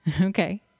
Okay